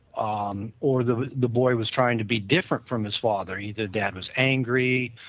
um or the the boy was trying to be different from his father, either dad was angry,